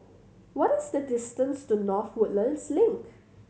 what is the distance to North Woodlands Link